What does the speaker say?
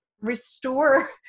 restore